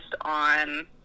on